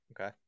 okay